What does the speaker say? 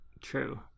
True